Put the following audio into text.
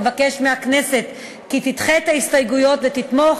אבקש מהכנסת כי תדחה את ההסתייגויות ותתמוך